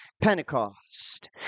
Pentecost